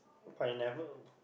but he never